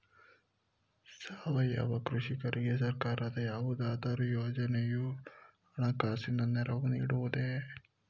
ಸಾವಯವ ಕೃಷಿಕರಿಗೆ ಸರ್ಕಾರದ ಯಾವುದಾದರು ಯೋಜನೆಯು ಹಣಕಾಸಿನ ನೆರವು ನೀಡುವುದೇ?